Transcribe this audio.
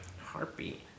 Heartbeat